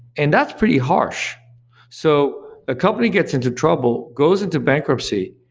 and that's pretty harsh so a company gets into trouble, goes into bankruptcy,